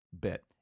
bit